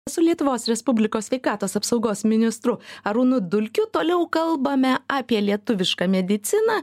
su lietuvos respublikos sveikatos apsaugos ministru arūnu dulkiu toliau kalbame apie lietuvišką mediciną